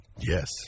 Yes